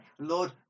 Lord